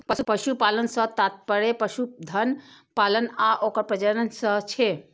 पशुपालन सं तात्पर्य पशुधन पालन आ ओकर प्रजनन सं छै